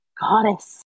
goddess